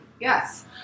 Yes